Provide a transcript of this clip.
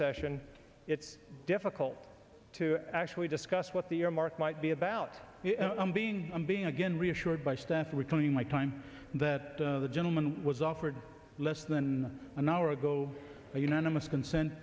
session it's difficult to actually discuss what the earmark might be about i'm being i'm being again reassured by staff recalling my time that the gentleman was offered less than an hour ago unanimous consent